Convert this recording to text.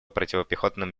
противопехотным